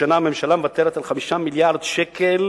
השנה הממשלה מוותרת על 5 מיליארדי שקלים